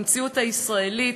במציאות הישראלית